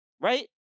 right